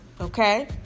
Okay